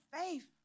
faith